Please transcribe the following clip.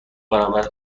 برابر